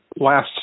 last